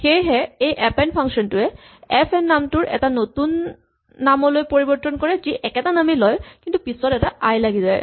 সেয়েহে এই append function টোৱে এফ এন নামটোৰ এটা নতুন নামলৈ পৰিবৰ্তন কৰে যি একেটা নামেই লয় কিন্তু পিছত এটা আই লাগি যায়